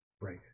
Right